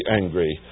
angry